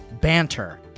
BANTER